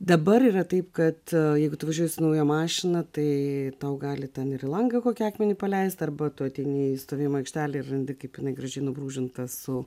dabar yra taip kad jeigu tu važiuoji su nauja mašina tai tau gali ten ir į langą kokį akmenį paleisti arba tu ateini į stovėjimo aikštelę ir randi kaip jinai graži nubrūžinta su